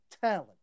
talent